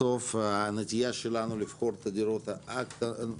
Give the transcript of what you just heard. בסוף הנטייה שלנו לבחור את הדירות הקטנות,